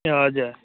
ए हजुर